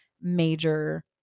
major